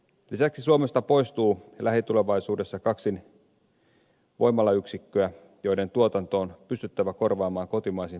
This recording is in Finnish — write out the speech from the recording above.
lisäksi suomesta poistuu lähitulevaisuudessa kaksi voimalayksikköä joiden tuotanto on pystyttävä korvaamaan kotimaisin päästöttömin voimin